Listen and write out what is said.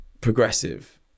progressive